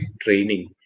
training